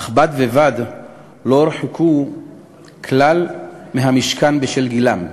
אך בד בבד לא הורחקו כלל מהמשכן בשל גילם,